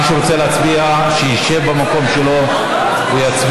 מי שרוצה להצביע, שישב במקום שלו ויצביע.